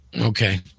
Okay